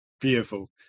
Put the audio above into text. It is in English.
beautiful